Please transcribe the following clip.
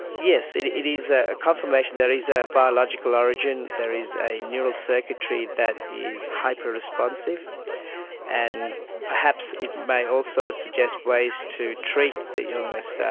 yes, it it is a confirmation there is a biological origin, there is a neural circuitry that his hyper-responsive and perhaps it may also suggest ways to treat the illness.